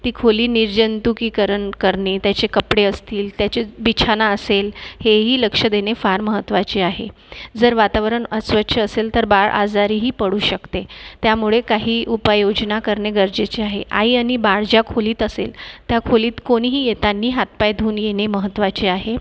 ती खोली निर्जंतुकीकरण करणे त्याचे कपडे असतील त्याचे बिछाना असेल हेही लक्ष देणे फार महत्वाचे आहे जर वातावरण अस्वच्छ असेल तर बाळ आजारीही पडू शकते त्यामुळे काही उपाययोजना करणे गरजेचे आहे आई आणि बाळ ज्या खोलीत असेल त्या खोलीत कोणीही येताना हातपाय धुवून येणे महत्वाचे आहे